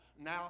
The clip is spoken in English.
Now